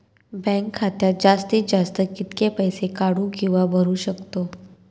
Bank खात्यात जास्तीत जास्त कितके पैसे काढू किव्हा भरू शकतो?